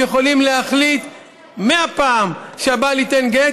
הם יכולים להחליט מאה פעם שהבעל ייתן גט.